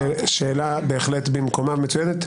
שאלה בהחלט במקומה, מצוינת.